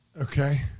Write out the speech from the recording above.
Okay